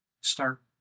start